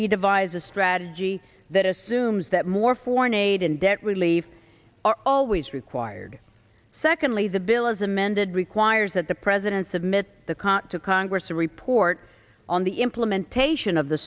he devise a strategy that assumes that more foreign aid and debt relief are always required secondly the bill as amended requires that the president submit the cot to congress a report on the implementation of the